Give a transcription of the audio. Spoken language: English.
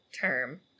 term